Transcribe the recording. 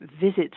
visits